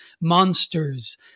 monsters